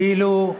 כאילו,